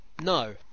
No